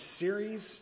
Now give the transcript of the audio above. series